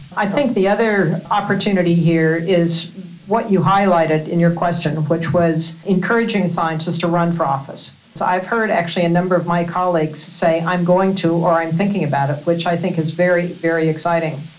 i think the other opportunity here is what you highlighted in your question, which was encouraging scientists to run for office. so i've heard actually a number of my colleagues say i'm going to or i'm thinking about it, which i think is very, very exciting,